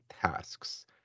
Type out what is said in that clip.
tasks